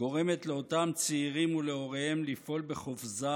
גורמת לאותם צעירים ולהוריהם לפעול בחופזה,